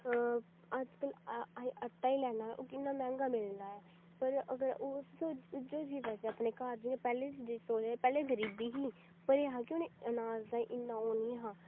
अज्ज कल अस आटा ही लैने हां ओह् कि'न्ना मैहंगा मिलदा ऐ पर अगर ओह् अस उऐ चीज लाचै अपने घर जि'यां पैह्लें सोचदे हे पैह्लें गरीबी ही पर एह् हा कि उ'नें अनाज ताहीं इ'न्ना ओह् निं हा